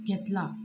घेतला